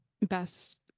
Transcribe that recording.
best